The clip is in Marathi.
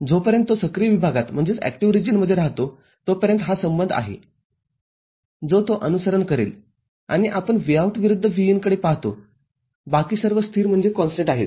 म्हणून जोपर्यंत तो सक्रिय विभागात राहतो तोपर्यंत हा संबंध आहे जो तो अनुसरण करेल आणि आपण Vout विरुद्ध Vin कडे पाहतो बाकी सर्व स्थिर आहेत